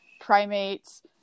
primates